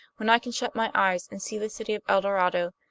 when i can shut my eyes and see the city of el dorado,